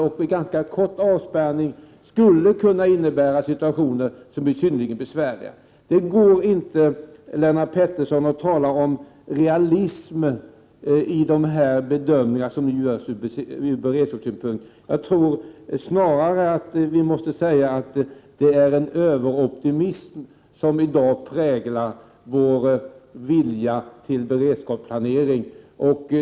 Och vid en ganska kort avspärrning skulle det kunna leda till situationer som blir synnerligen besvärliga. Det går inte, Lennart Pettersson, att tala om realism vid bedömningar som gäller beredskapssynpunkter. Jag tror snarare att vi måste säga att en överoptimism i dag präglar vår vilja till beredskapsplanering.